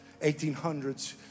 1800s